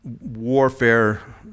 Warfare